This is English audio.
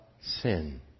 sin